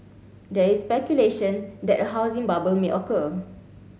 there is speculation that a housing bubble may occur